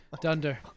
Dunder